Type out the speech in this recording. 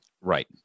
Right